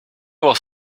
was